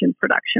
production